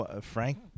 frank